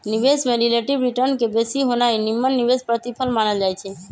निवेश में relative return के बेशी होनाइ निम्मन निवेश प्रतिफल मानल जाइ छइ